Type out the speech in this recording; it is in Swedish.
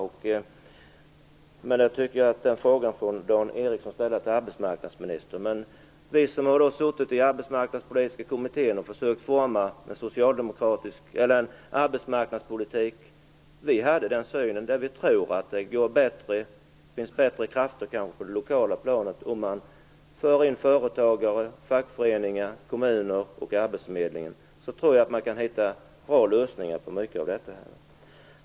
Jag tycker att Dan Ericsson skall ställa frågan till arbetsmarknadsministern. Vi som har suttit i Arbetsmarknadspolitiska kommittén för att försöka forma arbetsmarknadspolitiken tror att det kanske finns bättre krafter på det lokala planet. Om man för in företagare, fackföreningar, kommuner och arbetsförmedlingar, tror jag att man kan finna bra lösningar på många av problemen.